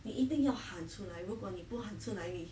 你一定要喊出来如果你不喊来你